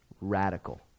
Radical